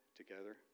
together